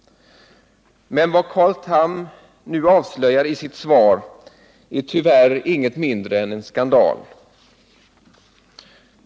Men vad Carl Tham nu avslöjar i sitt svar är tyvärr inget mindre än en skandal.